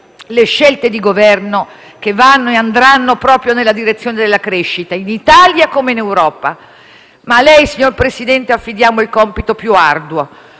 le scelte di Governo che vanno e andranno proprio nella direzione della crescita, in Italia come in Europa. Ma a lei, signor Presidente del Consiglio, affidiamo il compito più arduo: